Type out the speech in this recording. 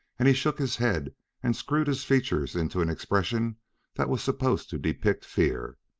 and he shook his head and screwed his features into an expression that was supposed to depict fear.